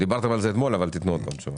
דיברתם על זה אתמול אבל תכנו עוד פעם תשובה.